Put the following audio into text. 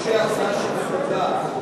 יש הצעה שהוצמדה.